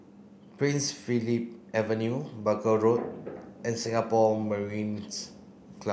Prince Philip Avenue Buckle Road and Singapore Mariners'